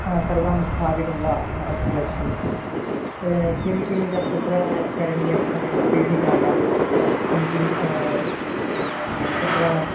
हा सर्वं स्थापितं वा हा अस्तु अस्तु किं किं तत्र करणीयं पीठिकायां किं किं तत्र